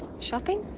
shopping?